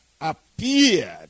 appeared